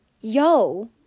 Yo